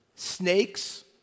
snakes